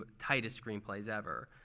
but tightest screenplays ever.